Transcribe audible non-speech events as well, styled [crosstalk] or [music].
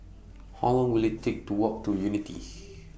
How Long Will IT Take to Walk to Unity [noise]